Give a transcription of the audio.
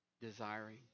desiring